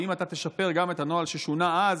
ואם אתה תשפר גם את הנוהל ששונה אז,